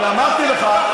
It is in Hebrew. אני אמרתי לך,